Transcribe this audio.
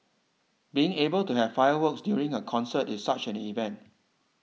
being able to have fireworks during a concert is such an event